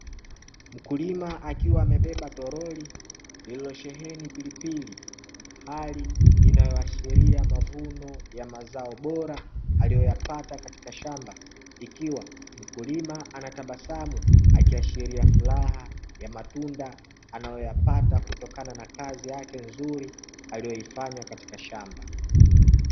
Mkulima akiwa amebeba toroli lililosheheni pilipili, hali inayoashiria mavuno ya mazao bora aliyoyapata katika shamba. Ikiwa mkulima anatabasamu akiashiria furaha ya matunda anayoyapata kutokana na kazi yake nzuri aliyoifanya katika shamba.